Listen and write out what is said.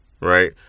right